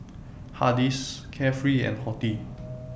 Hardy's Carefree and Horti